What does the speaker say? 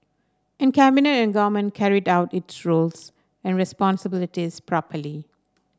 and cabinet and government carried out its roles and responsibilities properly